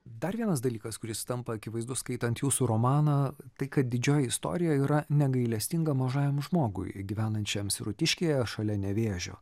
dar vienas dalykas kuris tampa akivaizdus skaitant jūsų romaną tai kad didžioji istorija yra negailestinga mažajam žmogui gyvenančiam sirutiškyje šalia nevėžio